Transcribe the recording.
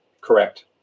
Correct